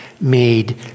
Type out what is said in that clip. made